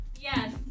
Yes